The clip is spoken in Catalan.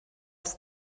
els